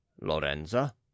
lorenza